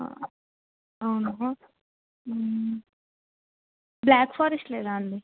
అవును black forest లేదా అండి